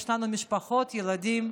יש לנו משפחות וילדים,